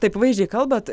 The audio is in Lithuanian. taip vaizdžiai kalbat